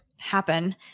happen